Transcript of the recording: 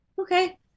okay